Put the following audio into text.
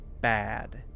bad